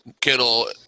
Kittle